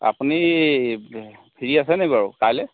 আপুনি ফ্ৰী আছেনে বাৰু কাইলৈ